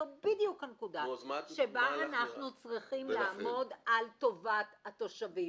זאת בדיוק הנקודה שבה אנחנו צריכים לעמוד על טובת התושבים,